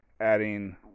adding